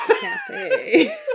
Cafe